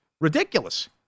Ridiculous